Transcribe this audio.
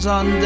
on